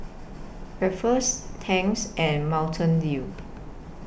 Ruffles Tangs and Mountain Dew